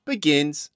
Begins